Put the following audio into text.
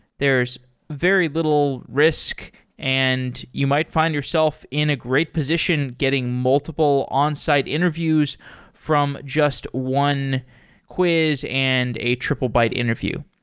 there's very little risk and you might find yourself in a great position getting multiple onsite interviews from just one quiz and a triplebyte interview.